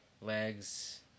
Legs